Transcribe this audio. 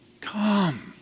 Come